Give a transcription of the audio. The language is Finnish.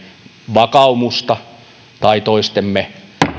vakaumusta tai toistemme